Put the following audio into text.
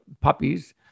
puppies